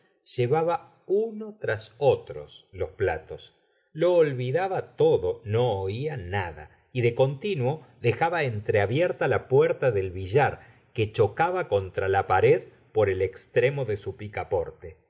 llevaba unos tras otros los platos lo olvidaba todo no ola nada y de continuo dejaba entreabierta la puerta del billar que chocaba contra la pared or el extremo de su picaporte